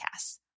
Podcasts